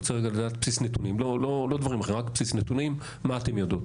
רוצה רגע לדעת בסיס נתונים, מה אתן יודעות?